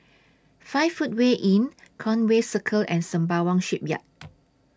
five Footway Inn Conway Circle and Sembawang Shipyard